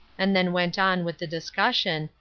and then went on with the discussion,